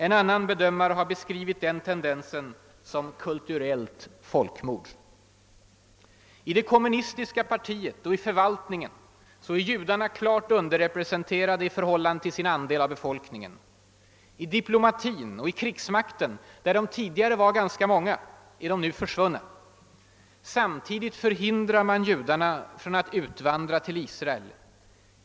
En annan bedö mare har beskrivit den tendensen som »kulturellt folkmord». I det kommunistiska partiet och i förvaltningen är judarna klart underrepresenterade i förhållande till den andel de utgör av befolkningen. I diplomatin och i krigsmakten, där de tidigare var ganska många, är de nu försvunna. Samtidigt hindrar man judarna från att utvandra till Israel.